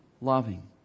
loving